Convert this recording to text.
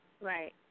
Right